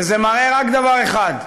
וזה מראה רק דבר אחד: